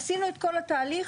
עשינו את כל התהליך.